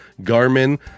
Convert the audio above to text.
Garmin